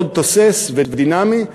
תוסס מאוד ודינמי,